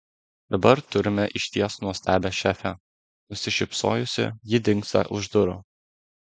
dabar turime išties nuostabią šefę nusišypsojusi ji dingsta už durų